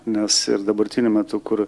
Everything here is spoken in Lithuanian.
nes ir dabartiniu metu kur